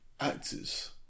actors